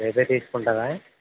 రేపే తీసుకుంటారా